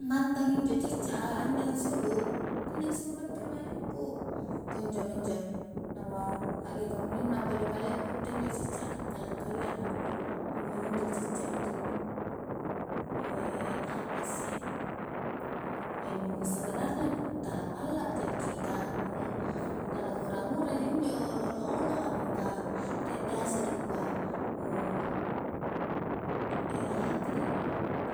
Mantang injo cicca a anda ansulu-anda ansulu battu ri bajungku kunjo minjo hakge kamuninna kodi kalia ku itte injo cicca a malla kalia ma injo-ji injo cicca a injo, apasse e nu sebenarna tala malla jaki tala ngura-nguraji injo olo-olo a mingka rie biasa dikua apadi